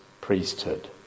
priesthood